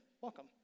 Welcome